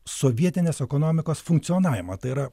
sovietinės ekonomikos funkcionavimą tai yra